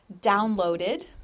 downloaded